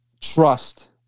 trust